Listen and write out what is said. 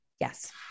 Yes